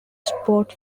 sports